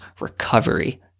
recovery